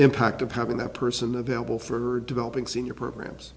impact of having that person available for developing senior programs